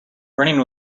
running